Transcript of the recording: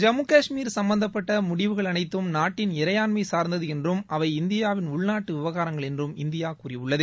ஜம்மு கஷ்மீர் சம்பந்தப்பட்ட முடிவுகள் அனைத்தும் நாட்டின் இறையாண்மை சார்ந்தது என்றும் அவை இந்தியாவின் உள்நாட்டு விவகாரங்கள் என்றும் இந்தியா கூறியுள்ளது